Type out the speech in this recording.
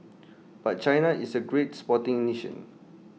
but China is A great sporting nation